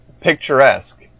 picturesque